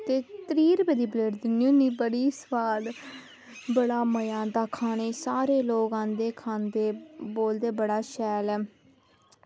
ते त्रीह् रपेऽ दी प्लेट दिन्नी होनी बड़ी सोआद ते बड़ा सोआद होंदा खाने गी बड़े लोक आंदे खाने गी ते बोलदे बड़ा शैल ऐ